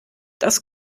das